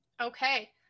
Okay